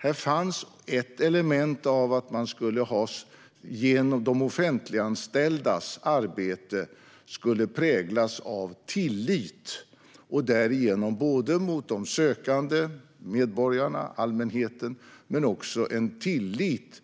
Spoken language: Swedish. Här fanns ett element av att man genom de offentliganställdas arbete skulle präglas av tillit gentemot de sökande medborgarna, allmänheten, och en tillit